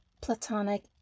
platonic